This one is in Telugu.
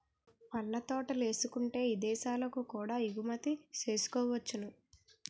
పళ్ళ తోటలేసుకుంటే ఇదేశాలకు కూడా ఎగుమతి సేసుకోవచ్చును